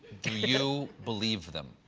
you believe them?